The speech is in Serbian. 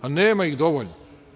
Nema ih dovoljno.